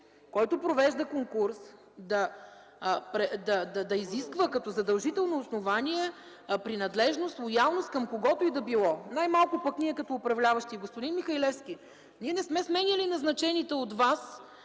който провежда конкурс, да изисква като задължително основание принадлежност, лоялност към когото и да било, най-малко пък ние като управляващи. Господин Михалевски, ние не сме сменяли назначените от Вас